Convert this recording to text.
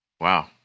Wow